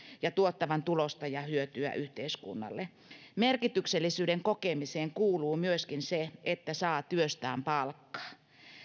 ja tuottavan tulosta ja hyötyä yhteiskunnalle merkityksellisyyden kokemiseen kuuluu myöskin se että saa työstään palkkaa